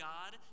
God